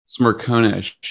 Smirkonish